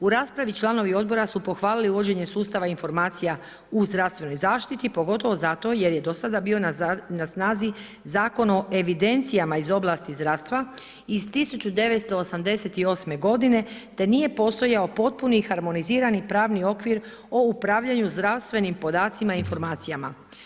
U raspravi članovi odbora su pohvalili uvođenje sustava informacija u zdravstvenoj zaštiti pogotovo zato jer je do sada bio na snazi Zakon o evidencijama iz oblasti zdravstva iz 1988. godine te nije postojao potpuni harmonizirani pravni okvir o upravljanju zdravstvenim podacima i informacijama.